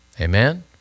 Amen